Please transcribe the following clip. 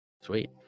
Sweet